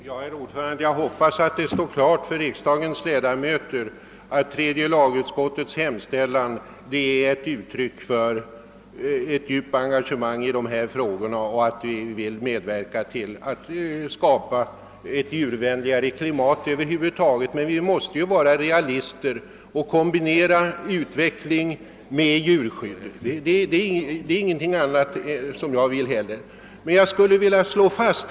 Herr talman! Jag hoppas att det står klart för kammarens ledamöter att tredje lagutskottets hemställan är ett uttryck för ett djupt engagemang i dessa frågor och att vi vill medverka till att skapa ett djurvänligare klimat över huvud taget. Vi måste emellertid vara realister och kombinera utveckling med djurskydd. Det är heller ingenting annat jag har talat för.